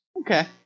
Okay